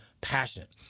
passionate